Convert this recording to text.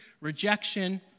rejection